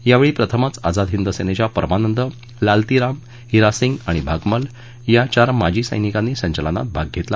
यावेळी प्रथमच आझाद हिंद सेनेच्या परमानंद लालतीराम हिरासिंग आणि भागमल या चार माजी सैनिकांनी संचलनामधे भाग घेतला